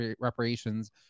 reparations